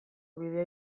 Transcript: bidea